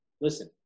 Listen